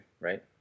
right